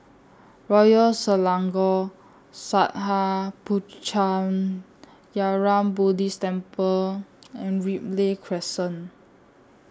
Royal Selangor Sattha Puchaniyaram Buddhist Temple and Ripley Crescent